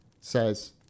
says